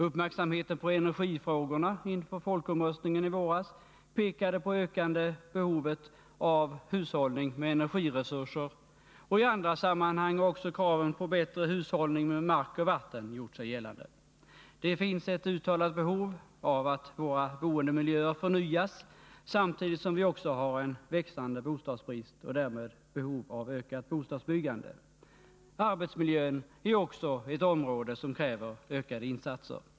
Uppmärksamheten på energifrågorna inför folkomröstningen i våras pekade på det ökande behovet av hushållning med energiresurser, och i andra sammanhang har också kraven på bättre hushållning med mark och vatten gjort sig gällande. Det finns ett uttalat behov av att våra boendemiljöer förnyas, samtidigt som vi också har en växande bostadsbrist och därmed behov av ökat bostadsbyggande. Arbetsmiljön är också ett område som kräver ökade insatser.